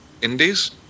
indies